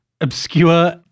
obscure